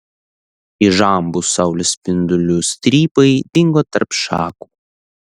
įžambūs saulės spindulių strypai dingo tarp šakų